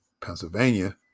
Pennsylvania